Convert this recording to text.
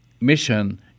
mission